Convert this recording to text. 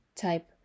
type